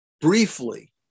Briefly